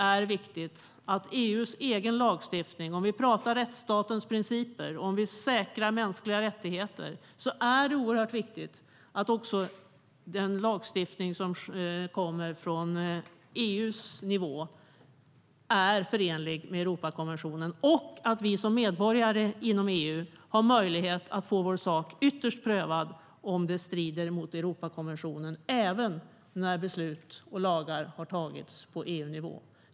Om vi pratar om rättsstatens principer, att säkra mänskliga rättigheter, är det oerhört viktigt att den lagstiftning som kommer från EU:s nivå är förenlig med Europakonventionen och att vi som medborgare inom EU har möjlighet att få vår sak ytterst prövad om det strider mot Europakonventionen även när beslut och lagar har tagits på EU-nivå.